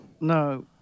no